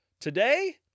Today